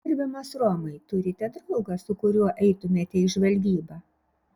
gerbiamas romai turite draugą su kuriuo eitumėte į žvalgybą